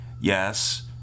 yes